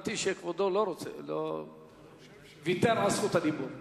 הבנתי שכבודו ויתר על זכות הדיבור.